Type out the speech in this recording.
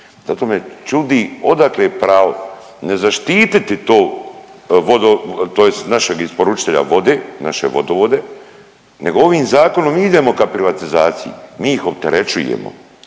zato me čudi odakle pravo ne zaštititi to vodo tj. našeg isporučitelja vode, naše vodovode nego ovim zakonom idemo ka privatizaciji, mi ih opterećujemo,